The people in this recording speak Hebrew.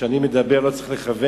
כשאני מדבר אני לא צריך לכוון,